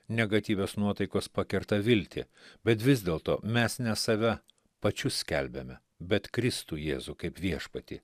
negatyvios nuotaikos pakerta viltį bet vis dėlto mes ne save pačius skelbiame bet kristų jėzų kaip viešpatį